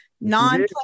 non